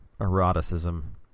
eroticism